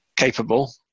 capable